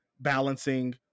balancing